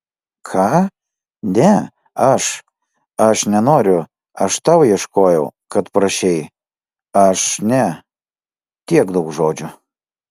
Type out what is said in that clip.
ką ne aš aš nenoriu aš tau ieškojau kad prašei aš ne tiek daug žodžių